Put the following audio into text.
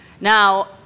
Now